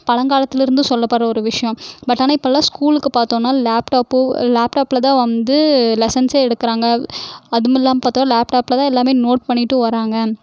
பழங்காலத்திலேருந்து சொல்லப்படுகிற ஒரு விஷயம் பட் ஆனால் இப்போயெலாம் ஸ்கூலுக்கு பார்த்தோனா லேப்டாப் லேப்டாப்பில் தான் வந்து லெசன்ஸ்சே எடுக்கிறாங்க அதுவும் இல்லாமல் பார்த்தா லேப்டாப்பில் தான் எல்லாமே நோட் பண்ணிகிட்டும் வராங்க